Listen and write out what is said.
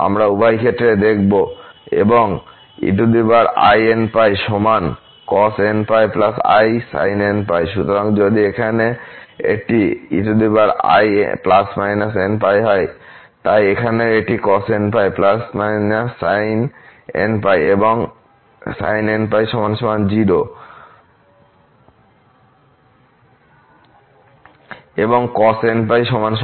আমরা উভয় ক্ষেত্রেই দেখব এবং einπ সমান cosnπi sin nπ সুতরাং যদি এখানে এটি e±inπ হয় তাই এখানেও এটি cosnπ ±sin nπ এবং sin nπ0 এবং cosnπ−1n